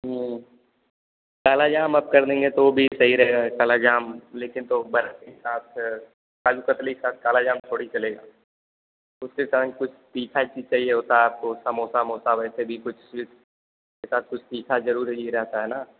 काला जाम काला जाम आप कर देंगे तो वो भी सही रहेगा लेकिन बर्फी के साथ काजू कतली के साथ काला जाम थोड़े चलेगा उसके साथ कुछ तीखा चीज चाहिए होता है समोसा उमोसा वैसे भी स्वीट्स के बाद कुछ तीखा जरूर रहता है न